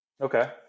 Okay